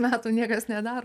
metų niekas nedaro